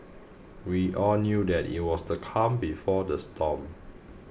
we all knew that it was the calm before the storm